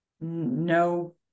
no